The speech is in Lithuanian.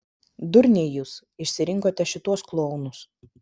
durniai jūs išsirinkote šituos klounus